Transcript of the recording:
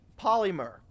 Polymer